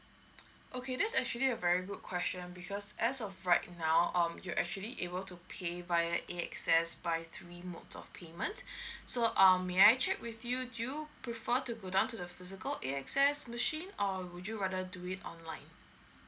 okay there's actually a very good question because as of right now um you actually able to pay via A_X_S by three modes of payment so um may I check with you do you prefer to go down to the physical A_X_S machine or would you rather do it online